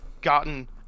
gotten